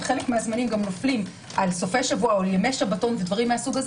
שחלק מהזמנים נופלים על סופי שבוע או ימי שבתון וכו',